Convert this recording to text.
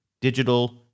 digital